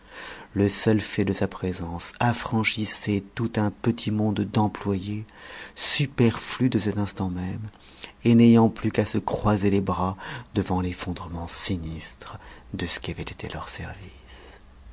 le seul fait de sa présence affranchissait tout un petit monde d'employés superflus de cet instant même et n'ayant plus qu'à se croiser les bras devant l'effondrement sinistre de ce qui avait été leur service